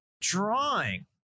drawing